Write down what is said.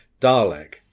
Dalek